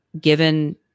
given